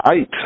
eight